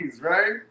Right